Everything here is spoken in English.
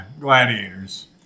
gladiators